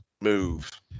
move